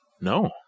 No